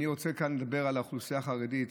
אני רוצה לדבר על האוכלוסייה החרדית.